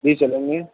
جی چلیں گے